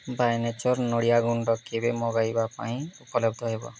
by nature ନଡ଼ିଆ ଗୁଣ୍ଡ କେବେ ମଗାଇବା ପାଇଁ ଉପଲବ୍ଧ ହେବ